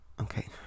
okay